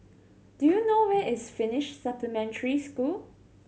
do you know where is Finnish Supplementary School